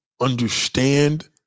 understand